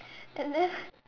and then